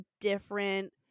different